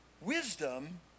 Wisdom